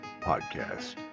podcast